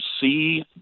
see